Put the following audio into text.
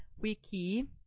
wiki